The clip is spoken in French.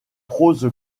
prose